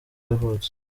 yavutse